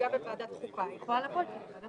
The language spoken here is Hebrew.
מה שמטריד